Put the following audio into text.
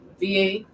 VA